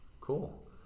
Cool